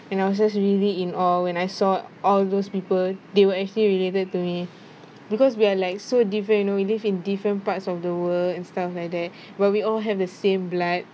and I was just really in awe when I saw all those people they were actually related to me because we are like so different you know we live in different parts of the world and stuff like that where we all have the same blood